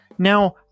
Now